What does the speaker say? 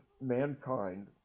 mankind